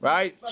Right